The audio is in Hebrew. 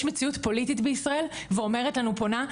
יש מציאות פוליטית בישראל ואומרת לנו פונה,